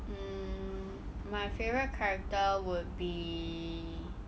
mm my favourite character would be